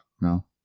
No